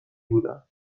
بودن